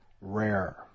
rare